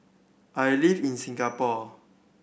I live in Singapore